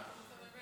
מה אתה רוצה ממנו?